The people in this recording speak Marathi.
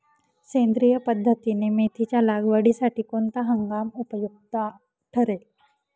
सेंद्रिय पद्धतीने मेथीच्या लागवडीसाठी कोणता हंगाम उपयुक्त ठरेल?